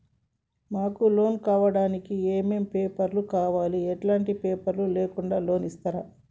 మాకు లోన్ కావడానికి ఏమేం పేపర్లు కావాలి ఎలాంటి పేపర్లు లేకుండా లోన్ ఇస్తరా?